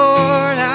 Lord